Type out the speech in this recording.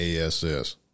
ass